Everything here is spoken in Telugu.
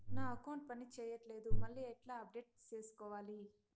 నా అకౌంట్ పని చేయట్లేదు మళ్ళీ ఎట్లా అప్డేట్ సేసుకోవాలి?